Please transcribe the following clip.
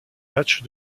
matchs